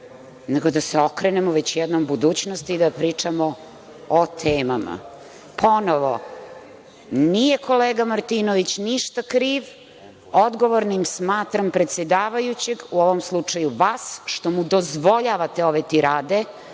nego da se okrenemo već jednom budućnosti i da pričamo o temama. Ponovo, nije kolega Martinović ništa kriv. Odgovornim smatram predsedavajućeg, u ovom slučaju vas, što mu dozvoljavate ove tirade